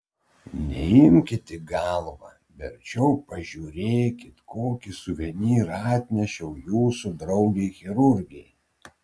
neimkit į galvą verčiau pažiūrėkit kokį suvenyrą atnešiau jūsų draugei chirurgei